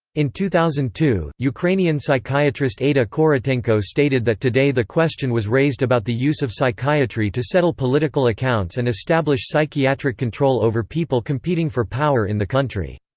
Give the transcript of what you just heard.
in two thousand and two, ukrainian psychiatrist ada korotenko stated that today the question was raised about the use of psychiatry to settle political accounts and establish psychiatric control over people competing for power in the country.